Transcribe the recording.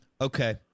Okay